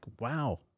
Wow